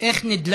5 נתקבלו.